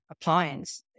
appliance